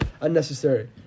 unnecessary